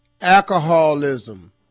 Alcoholism